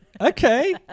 Okay